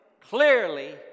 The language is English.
clearly